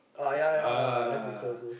ah